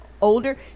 older